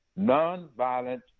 nonviolent